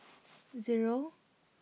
zero